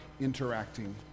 interacting